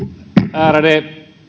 ärade